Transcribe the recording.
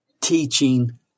teaching